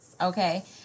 Okay